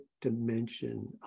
dimension